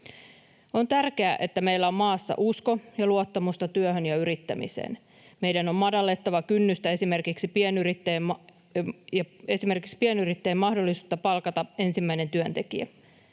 On tärkeää, että meillä on maassa uskoa ja luottamusta työhön ja yrittämiseen. Meidän on madallettava kynnystä esimerkiksi pienyrittäjän mahdollisuuteen palkata ensimmäinen työntekijä.